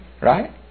Right